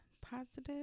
positive